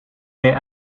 meer